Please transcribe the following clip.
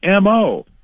MO